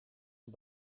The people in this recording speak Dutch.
een